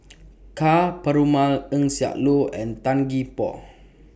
Ka Perumal Eng Siak Loy and Tan Gee Paw